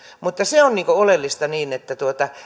mutta se on oleellista että